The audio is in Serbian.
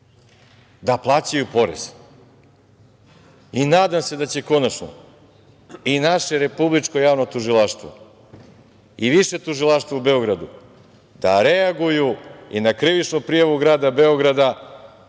da plaćaju porez. Nadam se da će konačno i naše Republičko javno tužilaštvo i Više tužilaštvo u Beogradu da reaguju i na krivičnu prijavu Grada Beograda